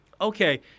okay